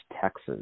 Texas